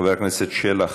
אני אחליט.